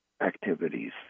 activities